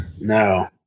No